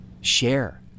share